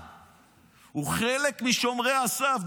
הוא חלק משומרי הסף,